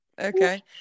Okay